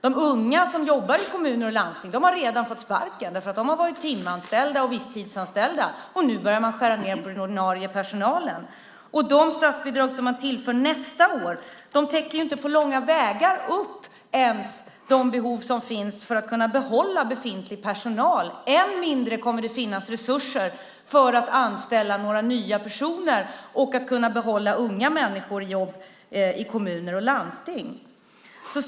De unga som jobbar i kommuner och landsting har redan fått sparken därför att de har varit timanställda och visstidsanställda. Och nu börjar man skära ned på den ordinarie personalen. De statsbidrag som man tillför nästa år täcker inte på långa vägar ens de behov som finns för att kunna behålla befintlig personal. Än mindre kommer det att finnas resurser för att anställa några nya personer och att kunna behålla unga människor i jobb i kommuner och landsting.